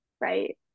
right